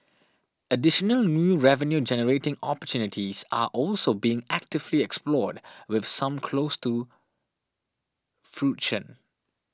additional new revenue generating opportunities are also being actively explored with some close to fruition